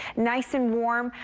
nice and warm.